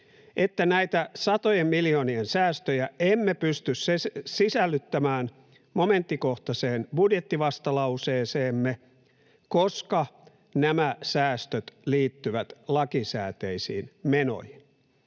että näitä satojen miljoonien säästöjä emme pysty sisällyttämään momenttikohtaiseen budjettivastalauseeseemme, koska nämä säästöt liittyvät lakisääteisiin menoihin.